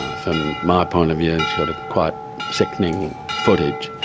from my point of view it's sort of quite sickening footage.